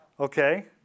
Okay